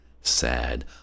sad